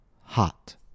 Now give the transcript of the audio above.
hot